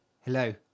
Hello